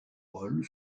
rôle